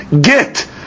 get